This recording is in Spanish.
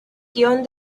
guion